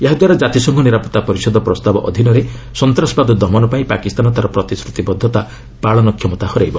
ଏହାଦ୍ୱାରା ଜାତିସଂଘ ନିରାପତ୍ତା ପରିଷଦ ପ୍ରସ୍ତାବ ଅଧୀନରେ ସନ୍ତାସବାଦ ଦମନ ପାଇଁ ପାକିସ୍ତାନ ତାର ପ୍ରତିଶ୍ରତିବଦ୍ଧତା ପାଳନ କ୍ଷମତା ହରାଇବ